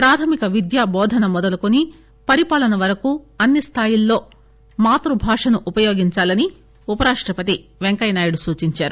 ప్రాధమిక విద్యా బోధన మొదలుకుని పరిపాలన వరకు అన్ని స్దాయిలలో మాతృభాషను ఉపయోగించాలని ఉపరాష్టపతి పెంకయ్యనాయుడు సూచించారు